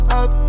up